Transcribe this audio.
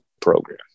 program